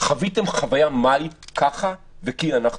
חוויתם חוויה מה זה "ככה" ו"כי אנחנו יכולים".